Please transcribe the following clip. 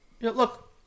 Look